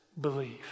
believe